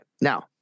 Now